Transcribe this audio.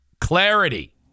clarity